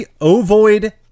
ovoid